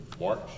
March